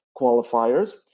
qualifiers